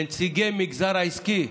ולנציגי המגזר העסקי,